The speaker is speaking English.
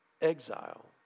exile